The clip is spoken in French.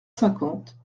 cinquante